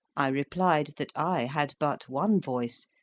i replied that i had but one voice,